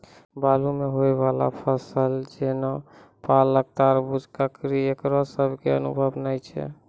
बालू मे होय वाला फसल जैना परबल, तरबूज, ककड़ी ईकरो सब के अनुभव नेय छै?